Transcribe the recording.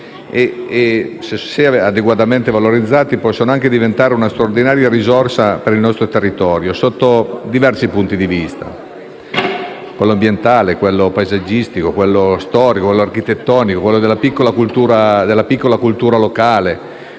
e, se adeguatamente valorizzati, possono diventare una straordinaria risorsa per il nostro territorio sotto diversi punti di vista: ambientale, paesaggistico, storico e architettonico, nonché della piccola cultura locale,